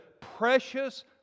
precious